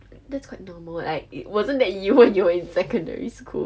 that's quite normal like wasn't that you when you were in secondary school